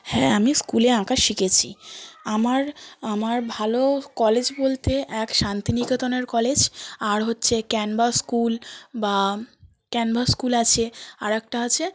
হ্যাঁ আমি স্কুলে আঁকা শিখেছি আমার আমার ভালো কলেজ বলতে এক শান্তিনিকেতনের কলেজ আর হচ্ছে ক্যানবা স্কুল বা ক্যানবা স্কুল আছে আর একটা আছে